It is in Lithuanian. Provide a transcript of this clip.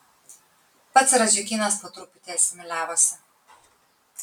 pats radziukynas po truputį asimiliavosi